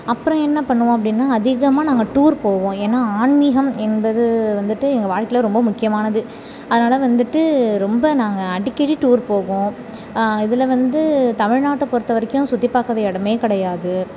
அப்புறம் என்ன பண்ணுவோம் அப்படின்னா அதிகமாக நாங்கள் டூர் போவோம் ஏன்னால் ஆன்மீகம் என்பது வந்துட்டு எங்கள் வாழ்க்கையில் ரொம்ப முக்கியமானது அதனால் வந்துட்டு ரொம்ப நாங்கள் அடிக்கடி டூர் போவோம் இதில் வந்து தமிழ்நாட்டை பொறுத்தவரைக்கும் சுற்றி பார்க்காத இடமே கிடையாது